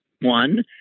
one